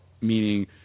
meaning